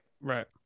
Right